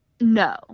No